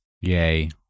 Yay